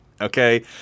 Okay